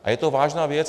A je to vážná věc.